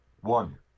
one